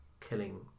killing